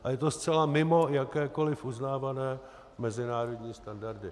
A je to zcela mimo jakékoli uznávané mezinárodní standardy.